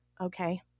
okay